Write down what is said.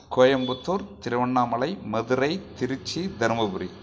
Coimbatore Tiruvannamalai Madurai Trichy Dharmapuri